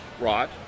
rot